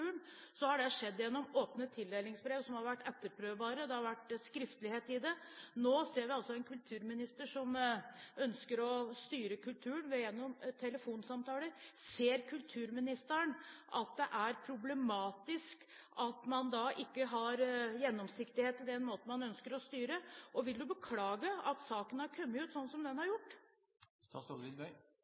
har det skjedd gjennom åpne tildelingsbrev, som har vært etterprøvbare – det har vært skriftlighet i det. Nå ser vi altså en kulturminister som ønsker å styre kulturen gjennom telefonsamtaler. Ser kulturministeren at det er problematisk at man ikke har gjennomsiktighet i den måten man ønsker å styre på, og vil hun beklage at saken har kommet ut sånn som den har